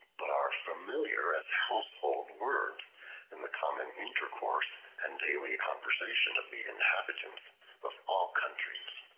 but are familiar as household words in the common intercourse and daily conversation of the inhabitants of all countries.